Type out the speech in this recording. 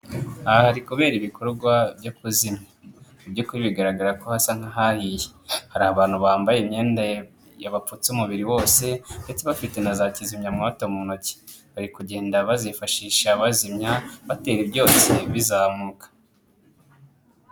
Aha hari kubera ibikorwa byo kuzimya mu by'ukuri bigaragara ko hasa nk'ahahiye, hari abantu bambaye imyenda yabapfutse umubiri wose ndetse bafite na za kizimyamwoto mu ntoki, bari kugenda bazifashisha bazimya batera ibyotsi bizamuka.